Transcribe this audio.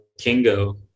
Kingo